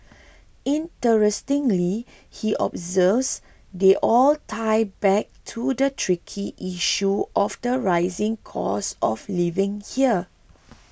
interestingly he observes they all tie back to the tricky issue of the rising cost of living here